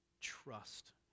Trust